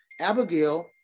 abigail